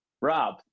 Rob